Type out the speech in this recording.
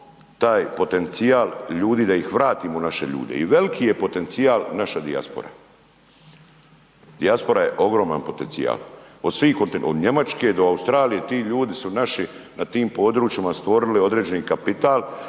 taj potencijal ljudi da ih vratimo, naše ljude, i veliki je potencijal naša dijaspora. Dijaspora je ogroman potencijal, od svih, od Njemačke do Australije, ti ljudi su naši na tim područjima stvorili određeni kapital